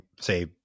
say